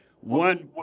one